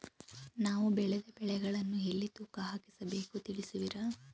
ನಾವು ಬೆಳೆದ ಬೆಳೆಗಳನ್ನು ಎಲ್ಲಿ ತೂಕ ಹಾಕಿಸ ಬೇಕು ತಿಳಿಸುವಿರಾ?